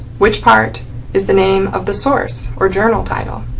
which part is the name of the source or journal title?